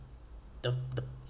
the the